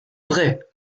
vrai